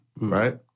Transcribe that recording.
right